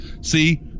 See